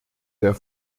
der